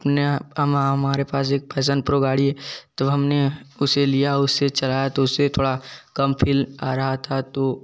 अपना हम हमारे पास एक पैशन प्रो गाड़ी है तो हमने उसे लिया उसे चलाया तो उसे थोड़ा कम फ़ील आ रहा था तो